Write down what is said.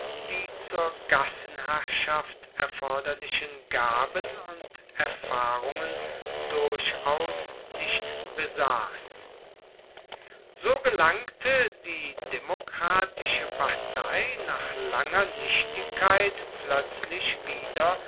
die zur gassenherrschaft erforderlichen gaben und erfahrungen durchaus nicht besaß so gelangte die demokratische partei nach langer nichtigkeit plötzlich wieder